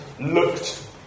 looked